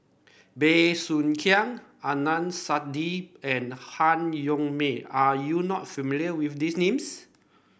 Bey Soo Khiang Adnan Saidi and Han Yong May are you not familiar with these names